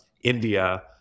India